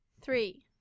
Three